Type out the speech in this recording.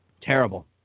Terrible